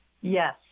Yes